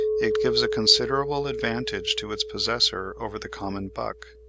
it gives a considerable advantage to its possessor over the common buck.